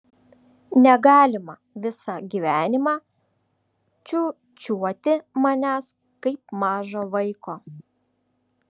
negalima visą gyvenimą čiūčiuoti manęs kaip mažo vaiko